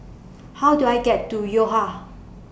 How Do I get to Yo Ha